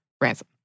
Ransom